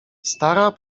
stara